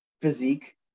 physique